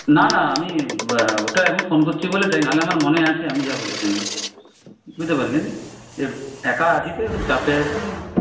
না না আমি ওটা এখন ফোন করছি বলে তাই না হলে আমার মনে আছে আপনি যা বলেছেন বুঝতে পারলেন একা আছি তো একটু চাপে আছি